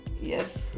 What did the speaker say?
yes